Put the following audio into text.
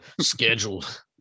Scheduled